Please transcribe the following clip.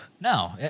No